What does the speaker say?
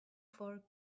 for